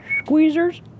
squeezers